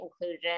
inclusion